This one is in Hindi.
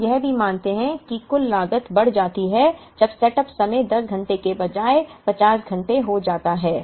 हम यह भी मानते हैं कि कुल लागत बढ़ जाती है जब सेटअप समय 10 घंटे के बजाय 50 घंटे हो जाता है